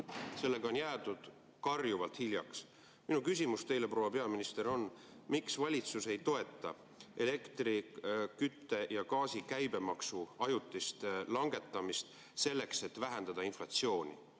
Sellega on jäädud karjuvalt hiljaks. Minu küsimus teile, proua peaminister, on: miks valitsus ei toeta elektri, kütte ja gaasi käibemaksu ajutist langetamist, selleks et vähendada inflatsiooni?